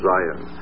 Zion